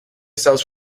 sells